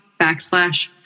backslash